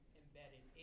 embedded